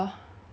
then I keep